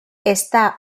está